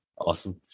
Awesome